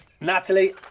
Natalie